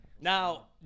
Now